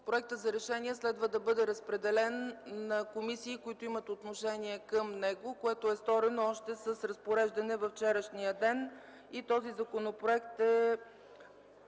проектът за решение следва да бъде разпределен на комисии, които имат отношение към него, което е сторено с разпореждане още във вчерашния ден. Този проект за